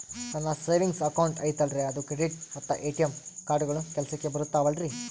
ನನ್ನ savings account ಐತಲ್ರೇ ಅದು ಕ್ರೆಡಿಟ್ ಮತ್ತ ಎ.ಟಿ.ಎಂ ಕಾರ್ಡುಗಳು ಕೆಲಸಕ್ಕೆ ಬರುತ್ತಾವಲ್ರಿ?